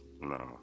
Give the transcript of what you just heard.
No